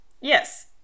Yes